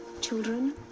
children